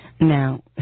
Now